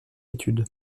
étude